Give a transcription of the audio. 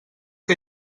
que